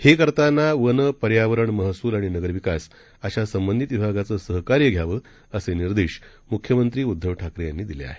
हे करताना वन पर्यावरण महसूल आणि नगरविकास अशा संबंधित विभागाचं सहकार्य घ्यावं असे निर्देश मुख्यमंत्री उद्दव ठाकरे यांनी दिले आहेत